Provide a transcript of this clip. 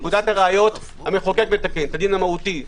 פקודת הראיות המחוקק מתקן את הדין המהותי,